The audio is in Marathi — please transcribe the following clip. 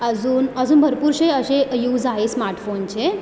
अजून अजून भरपूरसे असे यूज आहे स्मार्टफोनचे